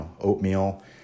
oatmeal